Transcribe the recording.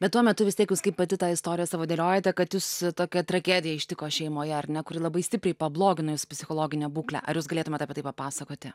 bet tuo metu vis tiek jūs kaip pati tą istoriją savo dėliojate kad jus tokia tragedija ištiko šeimoje ar ne kuri labai stipriai pablogino jūsų psichologinę būklę ar jūs galėtumėte apie tai papasakoti